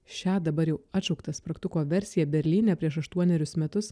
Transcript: šią dabar jau atšauktą spragtuko versiją berlyne prieš aštuonerius metus